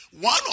One